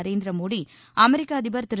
நரேந்திர மோடி அமெரிக்க அதிபர் திரு